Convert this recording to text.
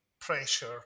pressure